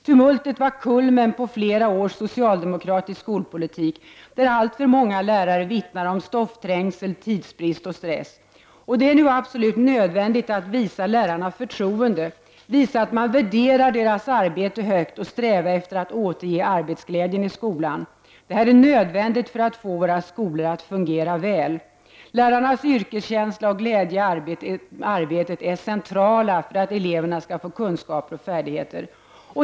Tumultet var kulmen på flera års socialdemokratisk skolpolitik där alltför många lärare vittnar om trängsel, tidsbrist och stress. Det är nu absolut nödvändigt att visa lärarna förtroende, visa att man värderar deras arbete högt och sträva att återge dem arbetsglädje. Det är nödvändigt om vi skall få skolor att fungera väl. Lärarnas yrkeskänsla och glädje i arbetet är centrala för att eleverna skall få kunskaper och färdigheter.